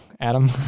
Adam